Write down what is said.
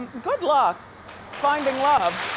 good luck finding love.